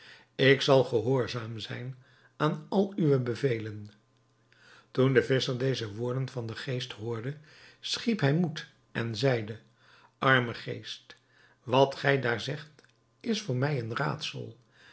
ik zal gehoorzaam zijn aan al uwe bevelen toen de visscher deze woorden van den geest hoorde schiep hij moed en zeide arme geest wat gij daar zegt is voor mij een raadsel